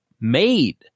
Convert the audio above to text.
made